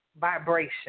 vibration